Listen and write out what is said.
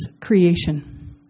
creation